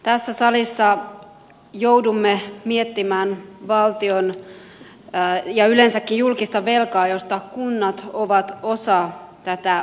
tässä salissa joudumme miettimään valtion ja yleensäkin julkista velkaa jossa kunnat ovat osa tätä ongelmaa